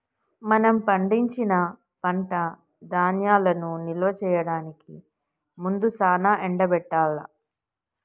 మనం పండించిన పంట ధాన్యాలను నిల్వ చేయడానికి ముందు సానా ఎండబెట్టాల్ల